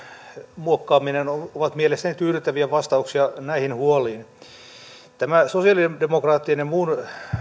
muokkaaminen ovat mielestäni tyydyttäviä vastauksia näihin huoliin sosialidemokraattien ja muun